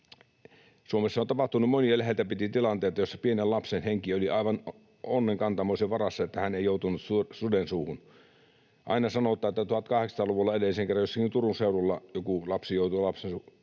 Suomessa on tapahtunut monia läheltä piti ‑tilanteita, joissa pienen lapsen henki on ollut aivan onnenkantamoisen varassa — se, että hän ei ole joutunut suden suuhun. Aina sanotaan, että 1800-luvulla edellisen kerran jossakin Turun seudulla joku lapsi joutui suden suuhun.